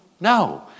No